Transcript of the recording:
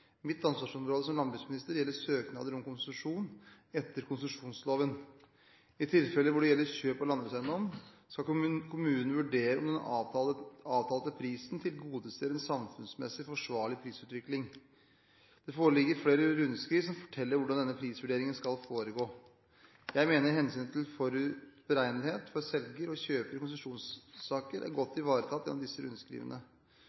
Mitt ansvarsområde, som landbruksminister, gjelder søknader om konsesjon etter konsesjonsloven. I tilfeller hvor det gjelder kjøp av landbrukseiendom, skal kommunen vurdere om «den avtalte prisen tilgodeser en samfunnsmessig forsvarlig prisutvikling». Det foreligger flere rundskriv som forteller hvordan denne prisvurderingen skal foregå. Jeg mener hensynet til forutberegnelighet for selger og kjøper i konsesjonssaker er godt